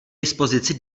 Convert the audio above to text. dispozici